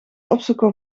opzoeken